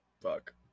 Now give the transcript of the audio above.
fuck